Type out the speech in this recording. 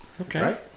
Okay